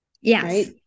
yes